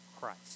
christ